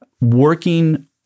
Working